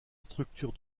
structure